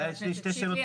חבר הכנסת שיקלי,